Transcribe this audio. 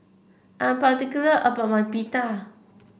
I am particular about my Pita